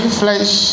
flesh